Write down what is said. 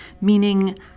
meaning